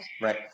Right